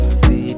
see